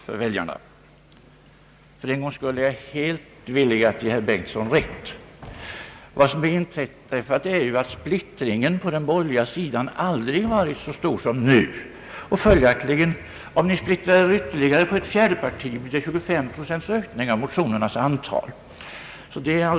För en gångs skull är jag villig att helt ge herr Bengtson rätt. Vad som har inträffat är ju att splittringen på den borgerliga sidan aldrig har varit så stor som nu. Om ni splittrar er ytterligare på ett fjärde parti, blir det följaktligen en 25-procentig ökning av motionsantalet.